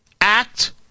act